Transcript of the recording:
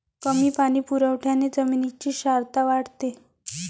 कमी पाणी पुरवठ्याने जमिनीची क्षारता वाढते